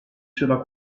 sulla